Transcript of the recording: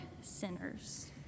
sinners